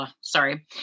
sorry